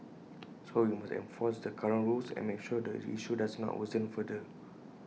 so we must enforce the current rules and make sure this issue does not worsen further